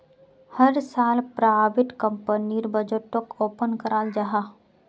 हर साल प्राइवेट कंपनीर बजटोक ओपन कराल जाहा